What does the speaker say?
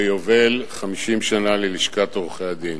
ביובל 50 שנה ללשכת עורכי-הדין.